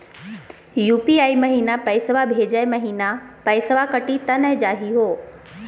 UPI महिना पैसवा भेजै महिना सब पैसवा कटी त नै जाही हो?